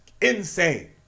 insane